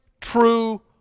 true